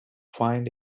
find